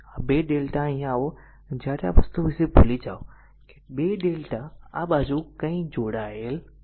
જ્યારે 2 Δ અહીં આવો અહીં જ્યારે આ વસ્તુ વિશે ભૂલી જાવ કે 2 Δ આ બાજુ કંઈ જોડાયેલ નથી